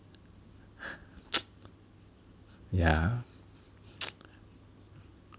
yeah